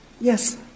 Yes